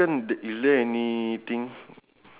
okay um